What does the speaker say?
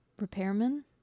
repairman